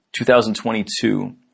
2022